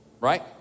right